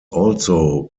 also